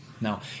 Now